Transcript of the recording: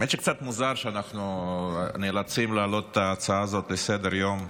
האמת שקצת מוזר שאנחנו נאלצים להעלות את ההצעה הזאת לסדר-היום.